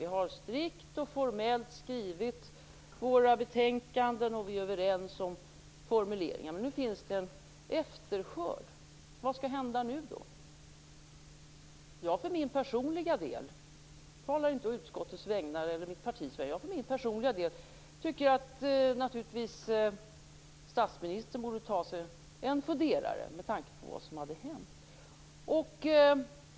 Vi har strikt och formellt skrivit vårt betänkande, och vi är överens om formuleringarna, och nu finns det en efterskörd. Vad skall hända nu? För min personliga del - jag talar inte å utskottets eller mitt partis vägnar - tycker jag att statsministern borde ta sig en funderare med tanke på vad som har hänt.